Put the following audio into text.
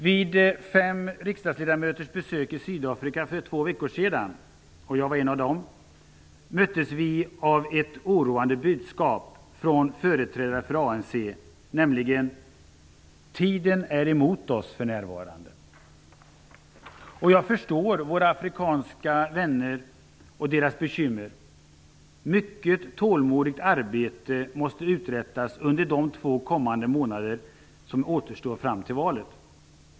Vid fem riksdagsledamöters besök i Sydafrika för två veckor sedan -- jag var en av dem --- möttes vi av ett oroande budskap från företrädare för ANC, nämligen: Tiden är emot oss för närvarande. Och jag förstår våra afrikanska vänners bekymmer. Mycket tålmodigt arbete måste uträttas under de två månader som återstår fram till valet.